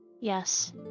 Yes